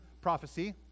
prophecy